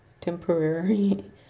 temporary